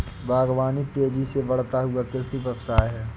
बागवानी तेज़ी से बढ़ता हुआ कृषि व्यवसाय है